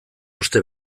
uste